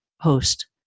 host